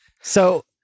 So-